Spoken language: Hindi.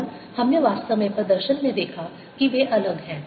और हमने वास्तव में प्रदर्शन में देखा कि वे अलग हैं